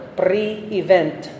pre-event